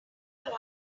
other